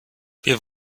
wir